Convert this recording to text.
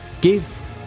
Give